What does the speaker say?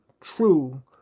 true